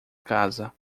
casa